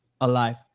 alive